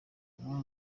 bamwe